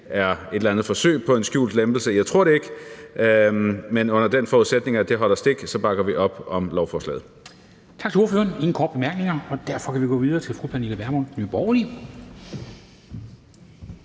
er et eller andet forsøg på en skjult lempelse. Jeg tror det ikke. Men under den forudsætning, at det holder stik, bakker vi op om lovforslaget.